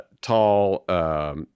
Tall